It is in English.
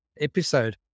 episode